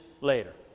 later